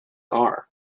are